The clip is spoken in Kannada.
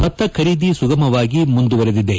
ಭತ್ತ ಖರೀದಿ ಸುಗಮವಾಗಿ ಮುಂದುವರೆದಿದೆ